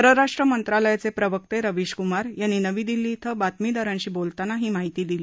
परराष्ट्र मंत्रालयाचे प्रवक्ते रवीशक्मार यांनी नवी दिल्ली इथं बातमीदारांशी बोलताना ही माहिती दिली